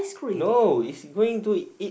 no is going to it